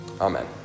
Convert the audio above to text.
Amen